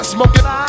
Smoking